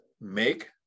make